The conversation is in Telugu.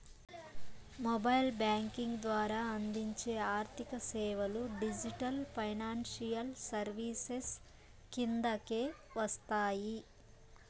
మొబైల్ బ్యాంకింగ్ ద్వారా అందించే ఆర్థిక సేవలు డిజిటల్ ఫైనాన్షియల్ సర్వీసెస్ కిందకే వస్తాయి